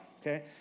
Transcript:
okay